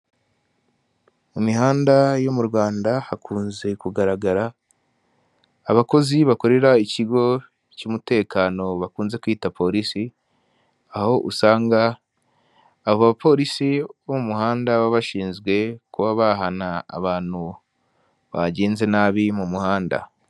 Mu mihanda yo mu rwanda hakunze kugaragara abakozi bakorera ikigo cy'umutekano bakunze kwita polisi aho usanga abo bapolisi bo muhanda baba bashinzwe kuba bahana abantu bagenze nabi mu muhanda.